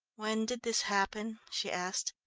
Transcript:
when did this happen? she asked.